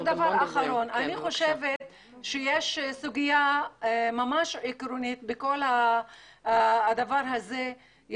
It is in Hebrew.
רק דבר אחרון: יש סוגיה עקרונית מאוד בעניין הזה.